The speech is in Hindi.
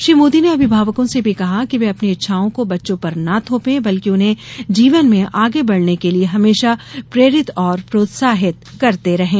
श्री मोदी ने अभिभावकों से भी कहा कि वे अपनी इच्छाओं को बच्चों पर न थोपें बल्कि उन्हें जीवन में आगे बढ़ने के लिए हमेशा प्रेरित और प्रोत्साहित करते रहें